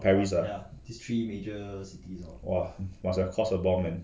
paris ah !whoa! must have cost a bomb man